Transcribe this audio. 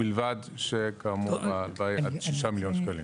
בלבד, כאמור, --- שישה מיליון ₪.